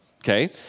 okay